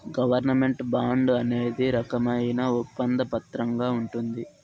government bond అనేది రకమైన ఒప్పంద పత్రంగా ఉంటది